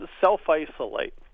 self-isolate